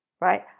right